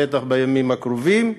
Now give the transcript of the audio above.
בטח בימים הקרובים,